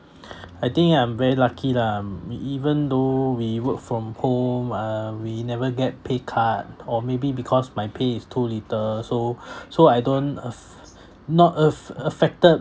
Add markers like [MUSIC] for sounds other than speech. [BREATH] I think I'm very lucky lah m~ even though we work from home uh we never get pay cut or maybe because my pay is too little so [BREATH] so I don't aff~ not aff~ affected